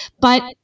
but-